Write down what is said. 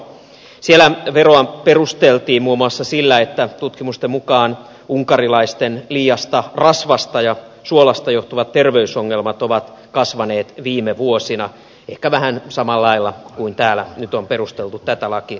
siellä veroa perusteltiin muun muassa sillä että tutkimusten mukaan unkarilaisten liiasta rasvasta ja suolasta johtuvat terveysongelmat ovat kasvaneet viime vuosina ehkä vähän samalla lailla kuin täällä nyt on perusteltu tätä lakiesitystä